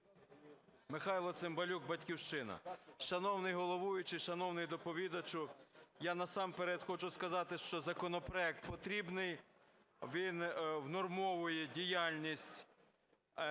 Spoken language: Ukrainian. Михайло Цимбалюк, "Батьківщина". Шановний головуючий, шановний доповідачу, я насамперед хочу сказати, що законопроект потрібний, він внормовує діяльність